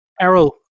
Errol